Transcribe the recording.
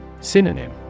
Synonym